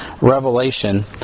revelation